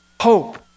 Hope